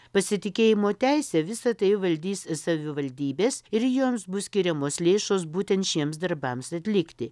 pasitikėjimo teise visa tai valdys savivaldybės ir joms bus skiriamos lėšos būtent šiems darbams atlikti